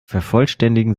vervollständigen